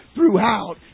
Throughout